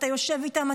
אתה יושב איתם,